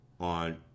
on